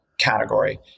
category